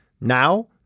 Now